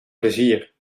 plezier